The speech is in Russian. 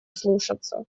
слушаться